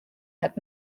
had